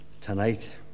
tonight